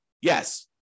Yes